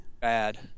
bad